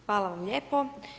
Hvala vam lijepo.